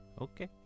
Okay